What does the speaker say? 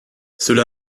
cela